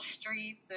streets